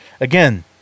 Again